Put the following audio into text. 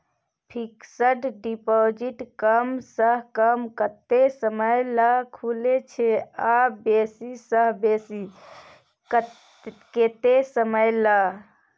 Fixed deposit कम स कम कत्ते समय ल खुले छै आ बेसी स बेसी केत्ते समय ल?